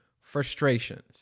frustrations